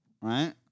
Right